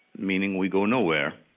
meaning we go nowhere